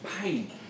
pain